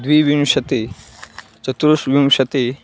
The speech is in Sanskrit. द्वाविंशतिः चतुर्विंशतिः